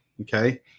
okay